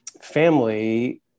family